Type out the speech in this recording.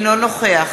אינו נוכח